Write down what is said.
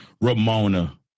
Ramona